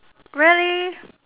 really